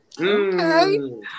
Okay